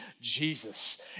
Jesus